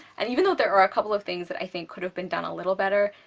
and even though there are a couple of things that i think could have been done a little better,